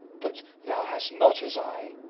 but thou hast not, as i,